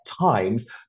times